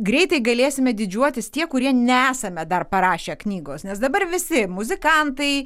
greitai galėsime didžiuotis tie kurie nesame dar parašę knygos nes dabar visi muzikantai